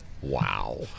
Wow